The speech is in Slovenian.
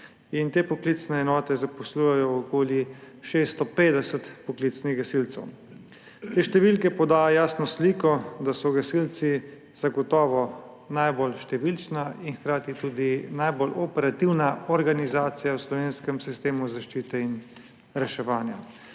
Te poklicne enote zaposlujejo okoli 650 poklicnih gasilcev. Te številke podajo jasno sliko, da so gasilci zagotovo najbolj številna in hkrati tudi najbolj operativna organizacija v slovenskem sistemu zaščite in reševanja.